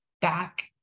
back